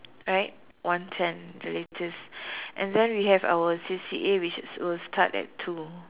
right one ten the latest and then we have our C_C_A which is will start at two